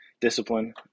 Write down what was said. Discipline